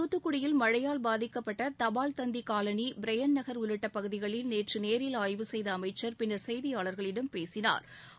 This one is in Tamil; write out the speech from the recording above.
தூத்துக்குடியில் மழையால் பாதிக்கப்பட்ட தபால்தந்தி காலனி பிரையன்ட் நகர் உள்ளிட்ட பகுதிகளில் நேற்று நேரில் ஆய்வு செய்த அமைச்சா் பின்னா் செய்தியாளா்களிடம் பேசினாா்